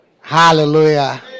Hallelujah